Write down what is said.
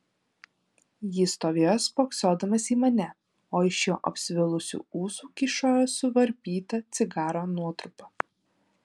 jis stovėjo spoksodamas į mane o iš jo apsvilusių ūsų kyšojo suvarpyta cigaro nuotrupa